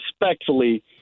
respectfully